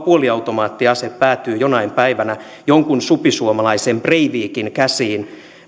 puoliautomaattiase päätyy jonain päivänä jonkun supisuomalaisen breivikin käsiin